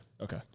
Okay